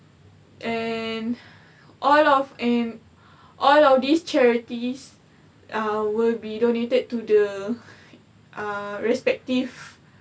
and all of them all of these charities err will be donated to the uh respective